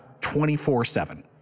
24-7